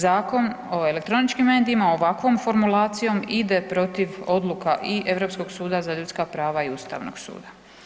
Zakon o elektroničkim medijima ovakvom formulacijom ide protiv odluka i Europskog suda za ljudska prava i Ustavnog suda.